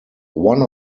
one